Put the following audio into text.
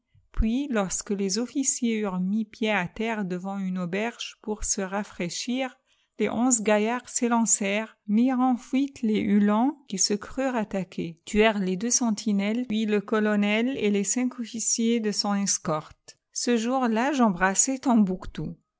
puis lorsque les officiers eurent mis pied à terre devant une auberge pour se rafraîchir les onze gaillards s'élancèrent mirent en fuite les uhians qui se crurent attaqués tuèrent les deux sentinelles plus le colonel et les cinq officiers de son escorte ce jour-là j'embrassai tombouctou